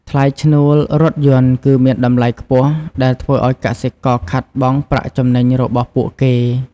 ថ្លៃឈ្នួលរថយន្ត គឺមានតម្លៃខ្ពស់ ដែលធ្វើឱ្យកសិករខាតបង់ប្រាក់ចំណេញរបស់ពួកគេ។